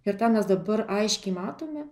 ir tą mes dabar aiškiai matome